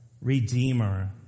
redeemer